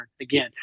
again